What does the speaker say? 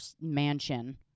mansion